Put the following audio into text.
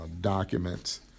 documents